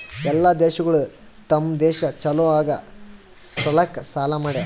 ಎಲ್ಲಾ ದೇಶಗೊಳ್ ತಮ್ ದೇಶ ಛಲೋ ಆಗಾ ಸಲ್ಯಾಕ್ ಸಾಲಾ ಮಾಡ್ಯಾವ್